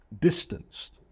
distanced